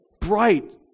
bright